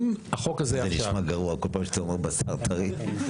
זה נשמע גרוע כל פעם כשאתה אומר וס"ר טרי.